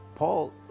Paul